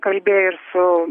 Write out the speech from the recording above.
kalbėję ir su